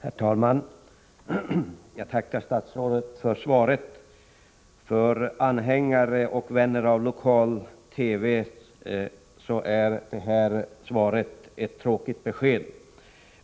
Herr talman! Jag tackar statsrådet för svaret. För anhängare och vänner av lokal-TV innebär svaret ett tråkigt besked.